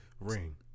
ring